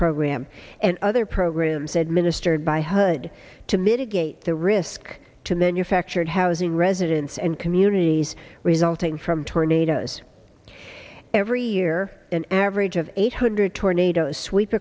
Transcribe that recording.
program and other programs administered by hood to mitigate the risk to manufactured housing residents and communities resulting from tornadoes every year an average of eight hundred tornadoes sweep